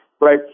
right